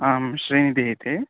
आं श्रीनिधिः इति